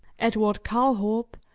edward calthorp,